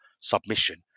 submission